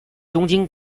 东京